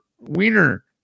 wiener